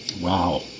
wow